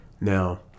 Now